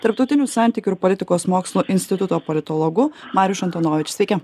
tarptautinių santykių ir politikos mokslų instituto politologu marijuš antonovič sveiki